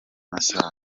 masaha